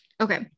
Okay